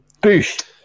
boost